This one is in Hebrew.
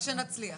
רק שנצליח.